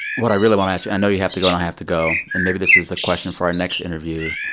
what i really want to ask you i know you have to go, and i have to go, and maybe this is a question for our next interview.